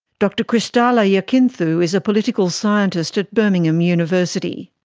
dr christalla yakinthou is a political scientist at birmingham university.